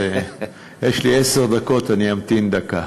יש לי עשר דקות, אני אמתין דקה.